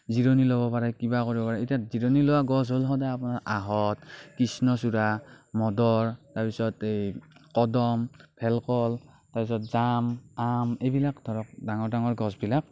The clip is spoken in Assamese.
জিৰণি ল'ব পাৰে কিবা কৰিব পাৰে এতিয়া জিৰণি লোৱা গছ হ'ল সদায় আপোনাৰ আঁহত কৃষ্ণচূড়া মদাৰ তাৰপিছত এই কদম হেলকল তাৰপিছত জাম আম এইবিলাক ধৰক ডাঙৰ ডাঙৰ গছবিলাক